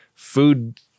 Food